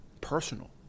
personal